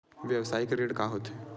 व्यवसायिक ऋण का होथे?